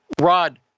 rod